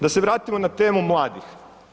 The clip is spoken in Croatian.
Da se vratimo na temu mladih.